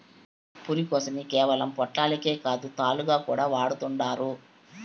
పురికొసని కేవలం పొట్లాలకే కాదు, తాళ్లుగా కూడా వాడతండారు